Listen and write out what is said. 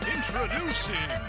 Introducing